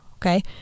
okay